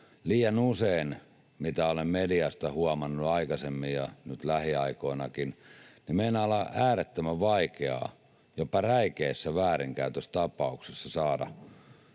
Liian usein, mitä olen mediasta huomannut aikaisemmin ja nyt lähiaikoinakin, meidän on äärettömän vaikeaa jopa räikeissä väärinkäytöstapauksissa saada